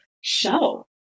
show